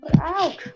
Ouch